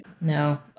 No